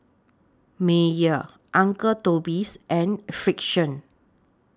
Mayer Uncle Toby's and Frixion